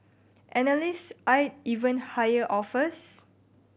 analyst eyed even higher offers